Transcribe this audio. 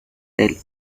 del